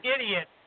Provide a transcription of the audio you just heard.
idiot